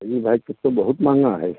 अरे भाई टिकटें बहुत महँगी हैं